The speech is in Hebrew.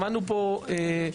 שמענו פה חלק,